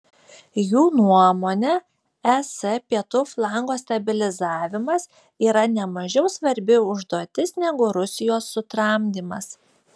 jų nuomone es pietų flango stabilizavimas yra nemažiau svarbi užduotis negu rusijos sutramdymas